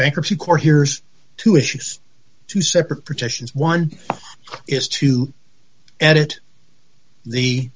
bankruptcy court hears two issues two separate protections one is to edit the